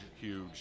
huge